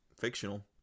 fictional